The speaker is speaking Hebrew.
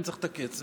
אני צריך את הכסף.